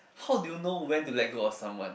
how do you know when to let go of someone